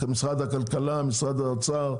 משרד הכלכלה, משרד האוצר,